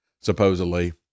supposedly